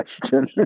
question